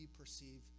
perceive